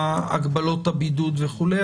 הגבלות הבידוד וכולי.